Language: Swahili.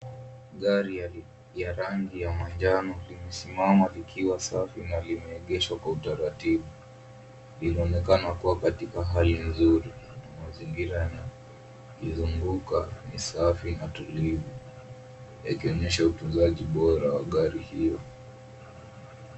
Gari ya rangi ya manjano limesimama likiwa safi na limeegeshwa kwa utaratibu. Linaonekana kuwa katika hali nzuri. Mazingira yanayolizunguka ni safi na tulivu, yakionyesha utunzaji bora wa gari hiyo.